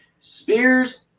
Spears